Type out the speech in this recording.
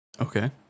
Okay